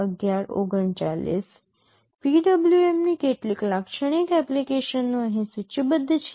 PWM ની કેટલીક લાક્ષણિક એપ્લિકેશનો અહીં સૂચિબદ્ધ છે